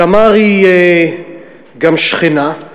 תמר היא גם שכנה.